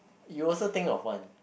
you also think your point